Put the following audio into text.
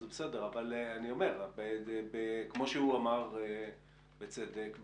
כמו שהוא אמר בצדק,